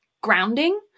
grounding